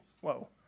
Whoa